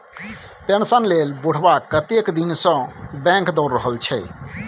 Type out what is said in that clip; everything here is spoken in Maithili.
पेंशन लेल बुढ़बा कतेक दिनसँ बैंक दौर रहल छै